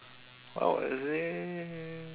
oh is it